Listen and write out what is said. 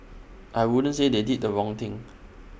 I wouldn't say they did the wrong thing